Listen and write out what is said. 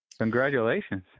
Congratulations